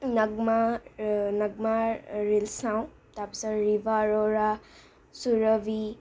নগমা নগমাৰ ৰিলচ চাওঁ তাৰপিছত ৰিবা আৰোৰা সুৰভি